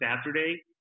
Saturday